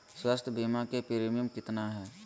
स्वास्थ बीमा के प्रिमियम कितना है?